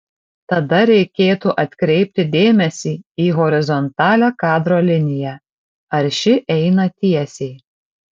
tada reikėtų atkreipti dėmesį į horizontalią kadro liniją ar ši eina tiesiai